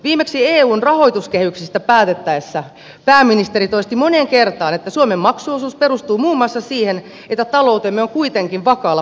viimeksi eun rahoituskehyksistä päätettäessä pääministeri toisti moneen kertaan että suomen maksuosuus perustuu muun muassa siihen että taloutemme on kuitenkin vakaalla pohjalla